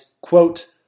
Quote